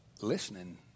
listening